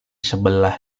sebelah